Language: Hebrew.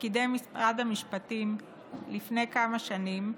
שקידם משרד המשפטים לפני כמה שנים,